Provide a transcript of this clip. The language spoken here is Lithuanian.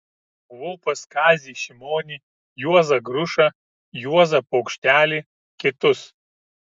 buvau pas kazį šimonį juozą grušą juozą paukštelį kitus